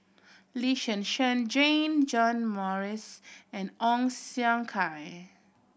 Lee Zhen Zhen Jane John Morrice and Ong Siong Kai